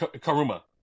Karuma